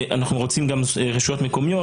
מחר יהיו עוד שלושה וביום שני מצטרף השביעי למיטב הבנתי.